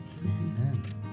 Amen